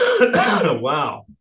wow